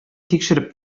тикшереп